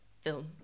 film